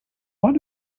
what